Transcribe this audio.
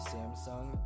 Samsung